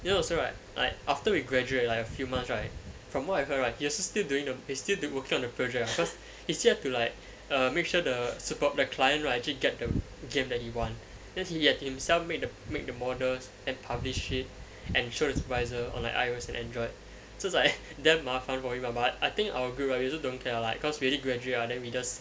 you know also right like after we graduate like a few months right from what I've heard right he also still doing he's still working on the project cause he still have to like err make sure the supe~ the client right actually get the game that he want then he himself make the make the models and publish it and show the supervisor on I_O and android so it's like damn 麻烦 for him ah but I think our group right we also don't care also cause already graduate ah then we